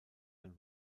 ein